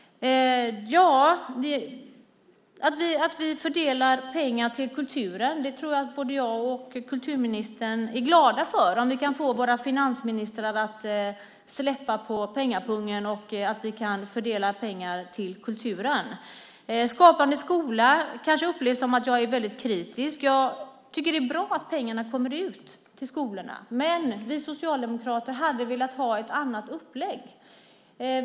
Om vi kan få våra finansministrar att släppa på pengapungen så att vi kan fördela pengar till kulturen tror jag att både jag och kulturministern blir glada. När det gäller Skapande skola kanske det upplevs som att jag är väldigt kritisk. Jag tycker att det är bra att pengarna kommer ut till skolorna, men vi socialdemokrater hade velat ha ett annat upplägg.